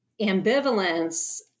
ambivalence